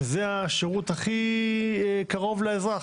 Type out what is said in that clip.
שזה השירות הכי קרוב לאזרח.